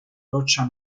roccia